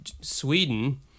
sweden